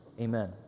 Amen